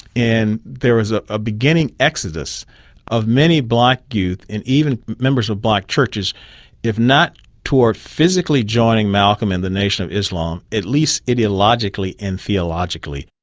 and there was a ah beginning exodus of many black youth, and even members of black churches of not toward physically joining malcolm in the nation of islam, at least ideologically and theologically.